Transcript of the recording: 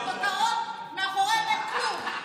כותרות, מאחוריהן אין כלום.